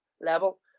level